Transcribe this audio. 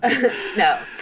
No